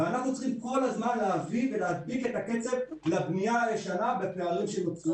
ואנחנו צריכים כל הזמן להדביק את הקצב לבנייה הישנה בפערים שנוצרו.